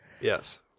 Yes